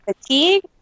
fatigue